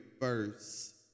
first